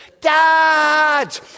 Dad